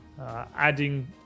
adding